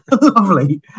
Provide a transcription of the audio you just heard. Lovely